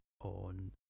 on